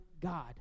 God